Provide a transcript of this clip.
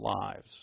lives